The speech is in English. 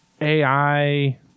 AI